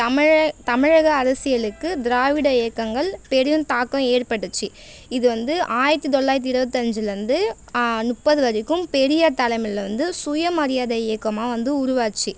தமிழ தமிழக அரசியலுக்கு திராவிட இயக்கங்கள் பெரும் தாக்கம் ஏற்பட்டுச்சு இது வந்து ஆயிரத்து தொள்ளாயிரத்து இருபத்தஞ்சுல இருந்து முப்பது வரைக்கும் பெரியார் தலைமையில் வந்து சுயமரியாதை இயக்கமாக வந்து உருவாச்சு